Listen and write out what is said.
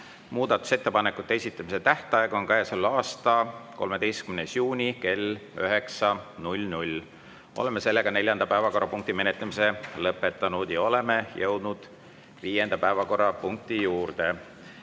Muudatusettepanekute esitamise tähtaeg on käesoleva aasta 13. juuni kell 9. Oleme neljanda päevakorrapunkti menetlemise lõpetanud. Oleme jõudnud viienda päevakorrapunkti juurde,